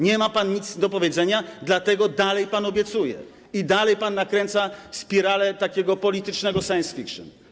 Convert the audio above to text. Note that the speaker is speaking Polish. Nie ma pan nic do powiedzenia, dlatego dalej pan obiecuje, dalej pan nakręca spiralę takiego politycznego science fiction.